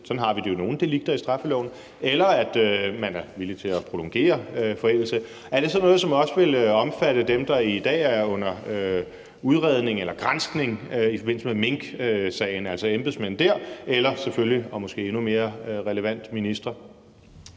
sådan har vi det jo i nogle delikter i straffeloven, eller at man er villig til at prolongere forældelse, er det så noget, som også vil omfatte dem, der i dag er under udredning eller granskning i forbindelse med minksagen, altså embedsmænd eller selvfølgelig – og måske endnu mere relevant – ministre?